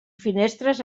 finestres